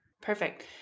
Perfect